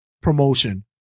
promotion